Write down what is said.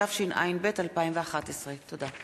התשע"ב 2011. תודה.